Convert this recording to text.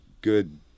good